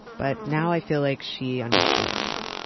but now, i feel like she understands,